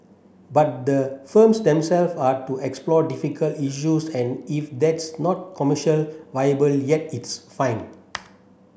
but the firms themself are to explore difficult issues and if that's not commercial viable yet it's fine